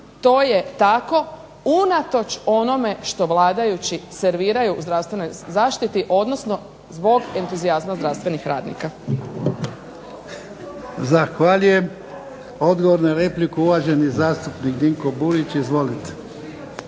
to je tako, unatoč onome što vladajući serviraju u zdravstvenoj zaštiti odnosno zbog entuzijazma zdravstvenih radnika.